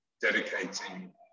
dedicating